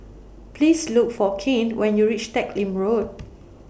Please Look For Cain when YOU REACH Teck Lim Road